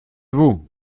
vous